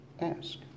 ask